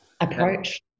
approach